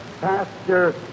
pastor